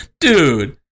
Dude